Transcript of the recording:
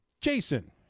Jason